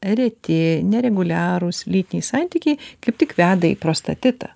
reti nereguliarūs lytiniai santykiai kaip tik veda į prostatitą